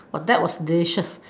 that was delicious